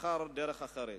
דרך אחרת.